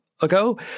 ago